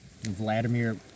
Vladimir